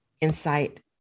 insight